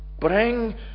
Bring